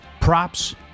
props